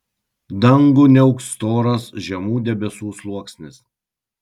dangų niauks storas žemų debesų sluoksnis